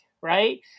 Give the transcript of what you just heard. Right